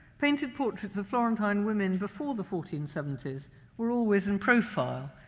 painted portraits of florentine women before the fourteen seventy s were always in profile,